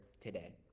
today